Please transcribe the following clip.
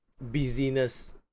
busyness